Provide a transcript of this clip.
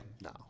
no